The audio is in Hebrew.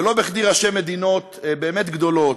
ולא בכדי ראשי מדינות באמת גדולות,